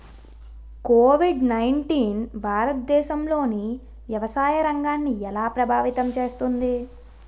Covid nineteen భారతదేశంలోని వ్యవసాయ రంగాన్ని ఎలా ప్రభావితం చేస్తుంది?